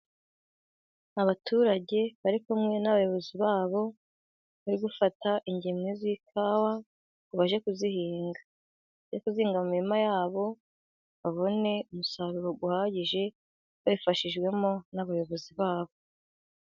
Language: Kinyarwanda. Abaturage bari kumwe n'abayobozi babo bari gufata ingemwe z'ikawa ngo bajye kuzihinga, bajye kuzihinga mu mirima yabo babone umusaruro uhagije babifashijwemo n'abayobozi babo.